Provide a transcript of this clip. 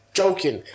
joking